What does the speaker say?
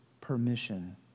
permission